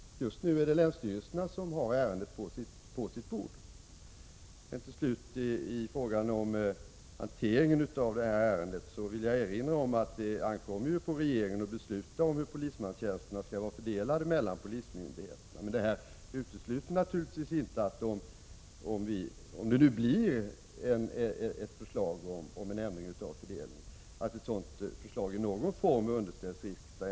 Just nu är det länsstyrelserna som behandlar ärendet. Till slut vill jag i frågan om hanteringen av detta ärende erinra om att det ankommer på regeringen att besluta om hur polismanstjänsterna skall vara fördelade mellan polismyndigheterna. Men detta utesluter naturligtvis inte — om det nu blir ett förslag om ändring av fördelningen — att ett sådant förslag i någon form underställs riksdagen.